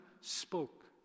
spoke